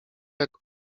jak